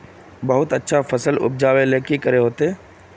बहुत अच्छा फसल उपजावेले की करे होते?